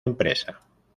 empresa